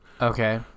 Okay